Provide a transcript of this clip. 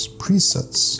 presets